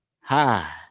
Hi